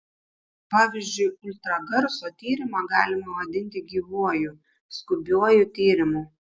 pavyzdžiui ultragarso tyrimą galima vadinti gyvuoju skubiuoju tyrimu